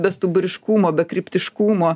bestuburiškumo bekryptiškumo